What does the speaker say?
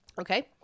Okay